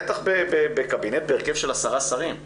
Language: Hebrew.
בטח בקבינט בהרכב של עשרה שרים,